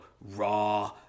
raw